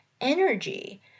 energy